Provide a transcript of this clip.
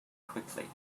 quickly